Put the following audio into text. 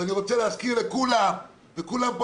אז אני רוצה להזכיר לכולם וכולם פה